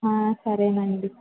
సరేనండి